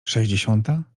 sześćdziesiąta